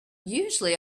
usually